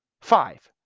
Five